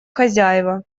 хозяева